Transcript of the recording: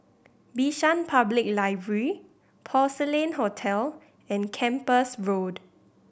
Bishan Public Library Porcelain Hotel and Kempas Road